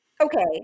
Okay